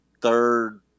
third